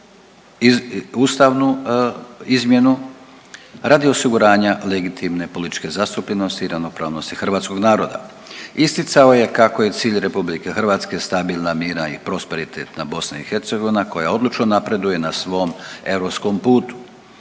ustavnu izmjenu radi osiguranja legitimne političke zastupljenosti i ravnopravnosti hrvatskog naroda. Isticao je kako je cilj RH stabilna, mirna i prosperitetna BiH koja odlučno napreduje na svom europskom putu.